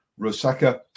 Rosaka